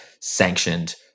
sanctioned